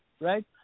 right